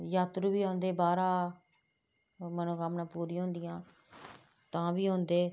यात्रु बी औंदे बाह्रा मनोकामनां पूरियां होंदियां तां बी औंदे